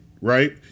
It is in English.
Right